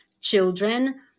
children